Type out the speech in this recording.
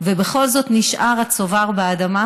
ובכל זאת נשאר הצובר באדמה,